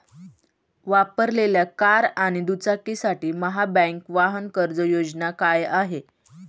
वापरलेल्या कार आणि दुचाकीसाठी महाबँक वाहन कर्ज योजना काय आहे?